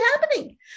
happening